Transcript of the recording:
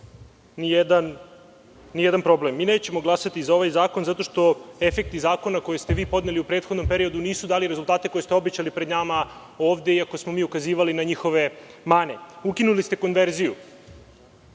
nijedan problem. Mi nećemo glasati za ovaj zakon zato što efekti zakona koji ste vi podneli u prethodnom periodu nisu dali rezultate koji ste obećali pred nama ovde iako smo mi ukazivali na njihove mane. Ukinuli ste konverziju